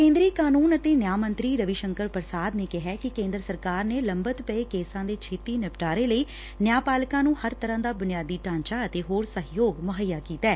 ਕੇਂਦਰੀ ਕਾਨੂੰਨ ਅਤੇ ਨਿਆਂ ਮੰਤਰੀ ਰਵੀ ਸ਼ੰਕਰ ਪ੍ਸਾਦ ਨੇ ਕਿਹੈ ਕਿ ਕੇਂਦਰ ਸਰਕਾਰ ਨੇ ਲੰਬਿਤ ਪਏ ਕੇਸਾਂ ਦੇ ਛੇਤੀ ਨਿਪਟਾਰੇ ਲਈ ਨਿਆਂਪਾਲਕਾਂ ਨੂੰ ਹਰ ਤਰ੍ਹਾਂ ਦਾ ਬੁਨਿਆਦੀ ਢਾਂਚਾ ਅਤੇ ਹੋਰ ਸਹਿਯੋਗ ਮੁਹੱਈਆ ਕੀਤੈ